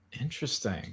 Interesting